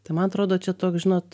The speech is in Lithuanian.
tai man atrodo čia toks žinot